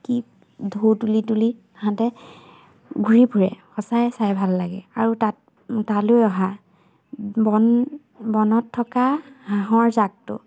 কি ঢৌ তুলি তুলি তাহাঁতে ঘূৰি ফুৰে সঁচাই চাই ভাল লাগে আৰু তাত তালৈ অহা বন বনত থকা হাঁহৰ জাকটো